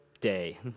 day